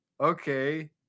okay